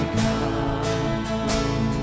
come